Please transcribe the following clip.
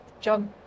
John